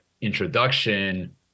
introduction